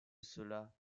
cela